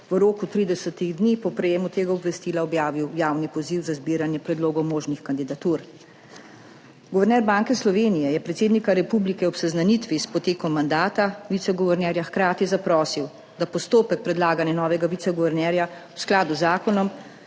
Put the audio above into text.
v roku 30 dni po prejemu tega obvestila objavil javni poziv za zbiranje predlogov možnih kandidatur. Guverner Banke Slovenije je predsednika republike ob seznanitvi s potekom mandata viceguvernerja hkrati zaprosil, da postopek predlaganja novega viceguvernerja v skladu z zakonom